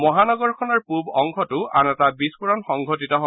মহানগৰখনৰ পুৱ অংশতো আন এটা বিস্ফোৰণ সংঘটিত হয়